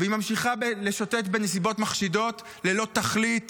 -- והיא ממשיכה לשוטט בנסיבות מחשידות ללא תכלית